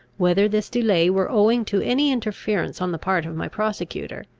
whether this delay were owing to any interference on the part of my prosecutor,